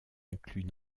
inclus